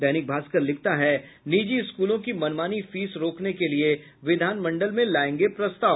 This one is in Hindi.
दैनिक भास्कर लिखता है निजी स्कूलों की मनमानी फीस रोकने के लिए विधानमंडल में लायेंगे प्रस्ताव